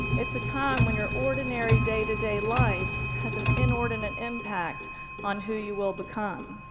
it's a time when your ordinary, day-to-day life has an inordinate impact on who you will become.